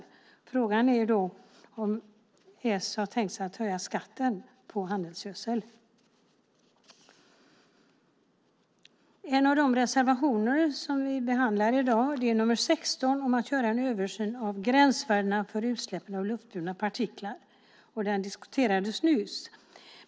Min fråga är om s har tänkt sig att höja skatten på handelsgödsel. En av de reservationer vi behandlar i dag är nr 16, om att göra en översyn av gränsvärdena för utsläppen av luftburna partiklar, och den diskuterades nyss.